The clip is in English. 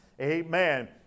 amen